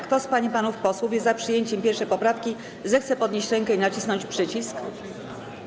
Kto z pań i panów posłów jest za przyjęciem 1. poprawki, zechce podnieść rękę i nacisnąć przycisk.